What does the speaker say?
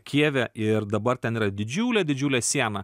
kijeve ir dabar ten yra didžiulė didžiulė siena